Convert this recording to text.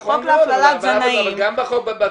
חוק להפללת זנאים --- נכון אבל גם בדיון